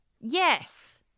Yes